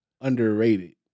underrated